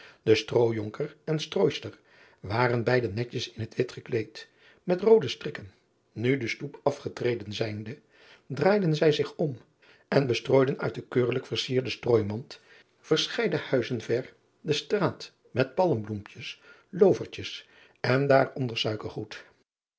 e strooijonker en strooister waren beide netjes in het wit gekleed met roode strikken nu de stoep afgetreden zijnde draaiden zij zich om en bestrooiden uit de keurlijk versierde strooimand verscheiden huizen ver de straat met palm bloempjes loovertjes en daaronder suikergoed